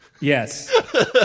Yes